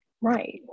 Right